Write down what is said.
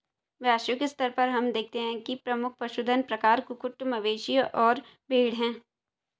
वैश्विक स्तर पर हम देखते हैं कि प्रमुख पशुधन प्रकार कुक्कुट, मवेशी और भेड़ हैं